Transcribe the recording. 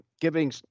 giving